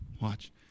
Watch